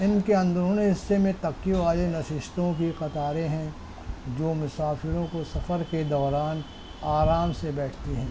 ان کے اندرونی حصہ میں تکیہ والی نششتوں کی قطاریں ہیں جو مسافروں کو سفر کے دوران آرام سے بیٹھتی ہیں